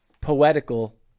poetical